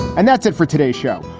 and that's it for today show,